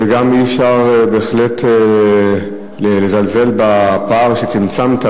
גם אי-אפשר בהחלט לזלזל בפער שצמצמת,